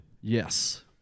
Yes